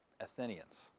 Athenians